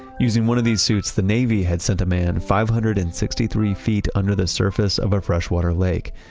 using one of these suits, the navy had sent a man five hundred and sixty three feet under the surface of a freshwater lake.